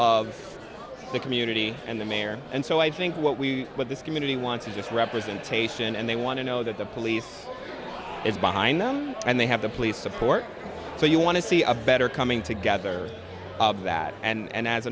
of the community and the mayor and so i think what we what this community wants is just representation and they want to know that the police is behind them and they have the police support so you want to see a better coming together of that and as